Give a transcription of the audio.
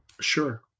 Sure